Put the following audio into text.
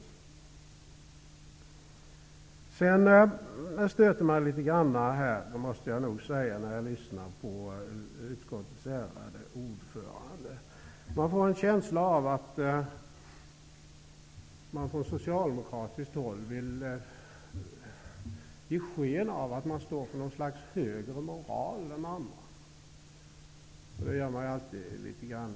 Jag måste säga att det stöter mig litet grand att lyssna på utskottets ärade ordförande. Jag får en känsla av att man från socialdemokratiskt håll vill ge sken av att man står för något slags högre moral än andra. Det gör mig alltid litet upprörd.